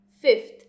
Fifth